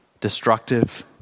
destructive